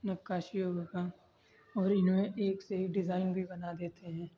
نقاشیوں کا کام اور ان میں ایک سے ایک ڈیزائن بھی بنا دیتے ہیں